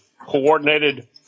coordinated